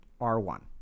R1